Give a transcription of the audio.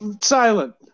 silent